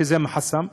שזה חסם,